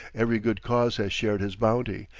every good cause has shared his bounty,